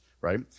right